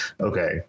okay